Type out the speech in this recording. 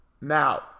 Now